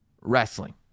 wrestling